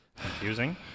confusing